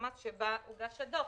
המס שבה הוגש הדוח.